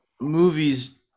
movies